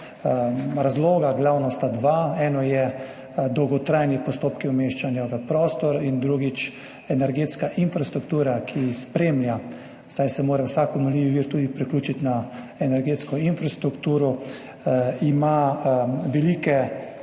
razloga sta dva, eno so dolgotrajni postopki umeščanja v prostor in druga energetska infrastruktura, ki jih spremlja, saj se mora vsak obnovljivi vir tudi priključiti na energetsko infrastrukturo, ima velike